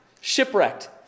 shipwrecked